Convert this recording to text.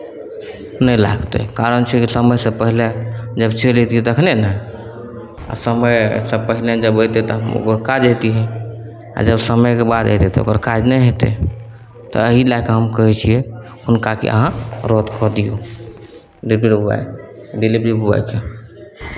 नहि लागतै कारण छै कि समयसँ पहिले लए कऽ चलि अइबतियै तखने ने आ समयसँ पहिने जब ओ अयतै तब एगो काज होइतियै आ जब समयके बाद अयतै तऽ ओकर काज नहि हेतै तऽ एही लए कऽ हम कहै छियै हुनका कि अहाँ रद्द कऽ दियौ डिलीवरी बॉय डिलेभरीबॉयकेँ